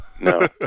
No